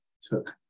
took